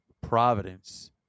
Providence